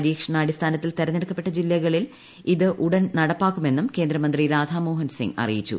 പരീക്ഷണാടിസ്ഥാനത്തിൽ തെരഞ്ഞെടുക്കപ്പെട്ട ജില്ലകളിൽ ഇത് ഉടൻ നടപ്പാക്കുമെന്ന് കേന്ദ്രമന്ത്രി രാധാമോഹൻസിംഗ് അറിയിച്ചു